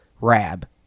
rab